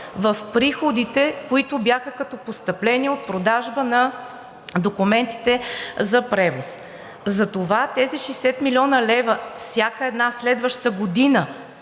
в приходите, които бяха като постъпления от продажба на документите за превоз. Затова тези 60 млн. лв. всяка една следваща година,